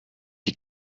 you